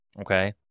Okay